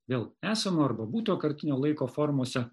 vėl esamojo arba būtojo kartinio laiko formose